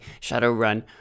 Shadowrun